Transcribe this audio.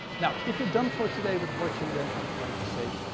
now, if you're done for today with watching, then i would like to say,